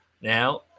Now